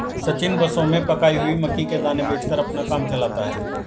सचिन बसों में पकाई हुई मक्की के दाने बेचकर अपना काम चलाता है